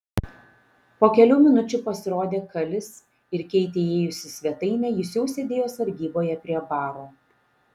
po kelių minučių pasirodė kalis ir keitei įėjus į svetainę jis jau sėdėjo sargyboje prie baro